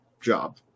job